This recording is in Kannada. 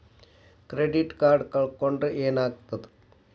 ಕ್ರೆಡಿಟ್ ಕಾರ್ಡ್ ಕಳ್ಕೊಂಡ್ರ್ ಏನಾಗ್ತದ?